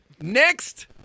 next